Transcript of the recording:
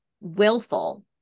willful